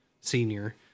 senior